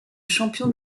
champion